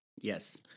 Yes